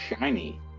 shiny